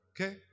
Okay